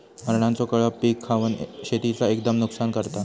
हरणांचो कळप पीक खावन शेतीचा एकदम नुकसान करता